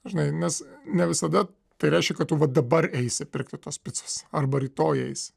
žinai nes ne visada tai reiškia kad tu vat dabar eisi pirkti tos picos arba rytoj eisi